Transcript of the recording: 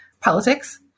politics